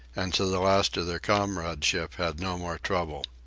and to the last of their comradeship had no more trouble.